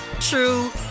true